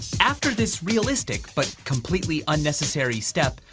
after this realistic, but completely unnecessary step,